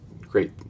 great